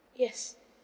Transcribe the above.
yes